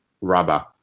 rubber